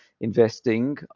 investing